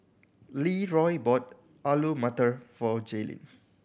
Leeroy bought Alu Matar for Jaelyn